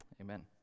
amen